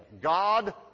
God